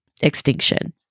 extinction